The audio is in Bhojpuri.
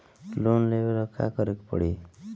लोन लेवे ला का करे के पड़ी?